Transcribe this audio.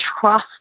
trust